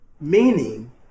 Meaning